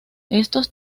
estos